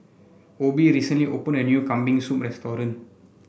Obie recently opened a new Kambing Soup Restaurant